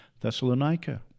thessalonica